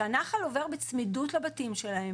שהנחל עובר בצמידות לבתים שלהם,